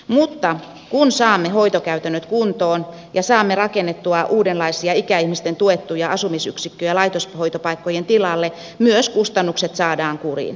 mutta kun saamme hoitokäytännöt kuntoon ja saamme rakennettua uudenlaisia ikäihmisten tuettuja asumisyksikköjä laitoshoitopaikkojen tilalle myös kustannukset saadaan kuriin